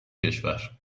کشور